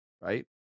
right